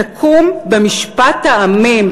תקום במשפט העמים,